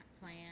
plan